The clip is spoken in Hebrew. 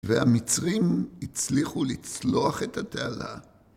והמצרים הצליחו לצלוח את התעלה.